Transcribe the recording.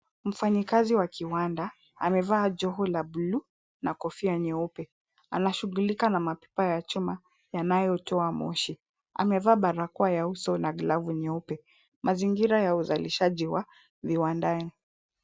Mfanyikazi wa kiwada amevaa joho la buluu na kofia nyeupe. Anashughulika na mapipa ya chuma yanayotoa moshi. Amevaa barakoa ya uso na glavu nyeupe. Mazingira ya uzalishaji wa viwandani.